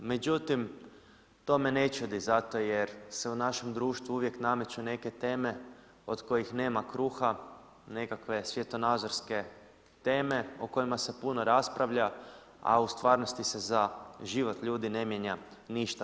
Međutim, to me ne čudi zato jer se u našem društvu uvijek nameću neke teme od kojih nema kruha, nekakve svjetonazorske teme o kojima se puno raspravlja a u stvarnosti se za život ljudi ne mijenja ništa.